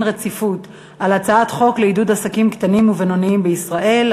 רציפות על הצעת חוק לעידוד עסקים קטנים ובינוניים בישראל,